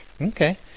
Okay